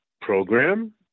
program